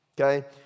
Okay